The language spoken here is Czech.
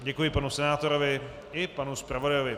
Děkuji panu senátorovi i panu zpravodaji.